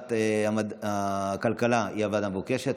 ועדת הכלכלה היא הוועדה המבוקשת.